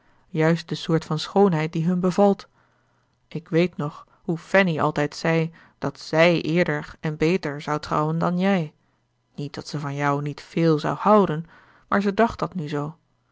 juist de soort van schoonheid die hun bevalt ik weet nog hoe fanny altijd zei dat zij eerder en beter zou trouwen dan jij niet dat ze van jou niet véél zou houden maar ze dacht dat nu zoo